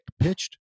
pitched